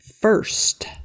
First